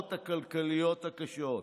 האזהרות הכלכליות הקשות.